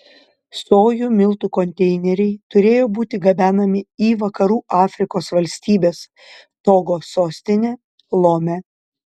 sojų miltų konteineriai turėjo būti gabenami į vakarų afrikos valstybės togo sostinę lomę